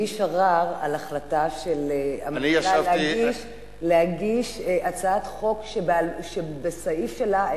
הגיש ערר על החלטה של הממשלה להגיש הצעת חוק שבסעיף שלה,